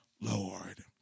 Lord